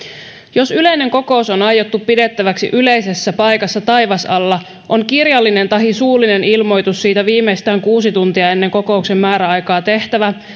jos yleinen kokous on aiottu pidettäväksi yleisessä paikassa taivasalla on kirjallinen tahi suullinen ilmoitus siitä viimeistään kuusi tuntia ennen kokouksen määräaikaa tehtävä